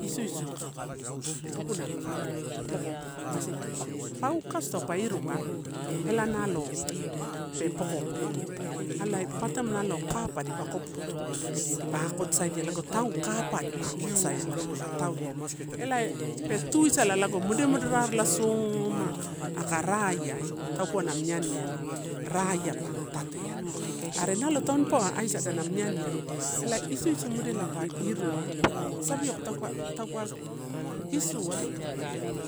Isuisu dukuna peka pokopoko kasi pau kakasu taupe irua ela nalo pe pokopoko alai papara taim nalo kapa dipa koputu, dipa akoto saidia lago tau kapai dipa akotosaia, lago dipa tauia. Elai pe tuisala lago mode moderaesoma aka raiai, taupauwa amini aniani raia pa tate, are nalo tonpouwa aisa danamini eniani elae isuisu modal pa irua, savioko taupa taupa isua